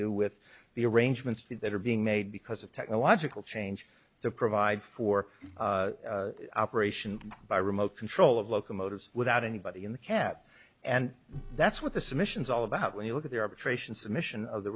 do with the arrangements that are being made because of technological change to provide for operation by remote control of locomotives without anybody in the cap and that's what the submissions all about when you look at the arbitration submission of the